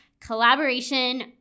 collaboration